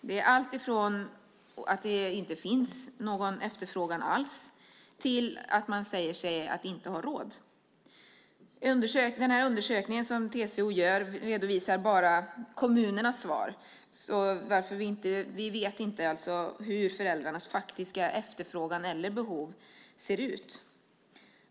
Det är allt från att det inte finns någon efterfrågan alls till att man säger sig inte ha råd. Den undersökning som TCO har gjort redovisar bara kommunernas svar. Vi vet alltså inte hur föräldrarnas faktiska efterfrågan eller behov ser ut.